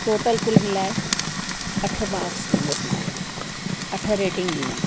total कुल मिलाए अठ माक्स ॾींदसि मां अठ रेटिंग ॾींदमि